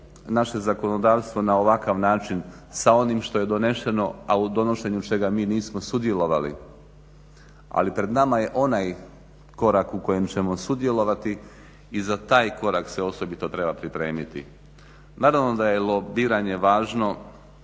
naše zakonodavstvo na ovakav način sa onim što je doneseno a u donošenju čega mi nismo sudjelovali. Ali pred nama je onaj korak u kojem ćemo sudjelovati i za taj korak se osobito treba pripremiti. Naravno da je lobiranje važno